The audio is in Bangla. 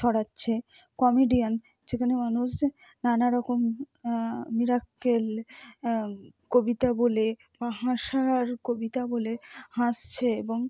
ছড়াচ্ছে কমেডিয়ান যেখানে মানুষ নানা রকম মিরাক্কেল কবিতা বলে বা হাসার কবিতা বলে হাসছে এবং